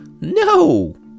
no